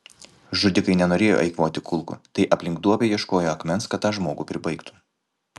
žudikai nenorėjo eikvoti kulkų tai aplink duobę ieškojo akmens kad tą žmogų pribaigtų